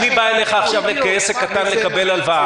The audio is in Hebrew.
אני בא אליך עכשיו כעסק קטן לקבל הלוואה,